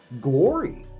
glory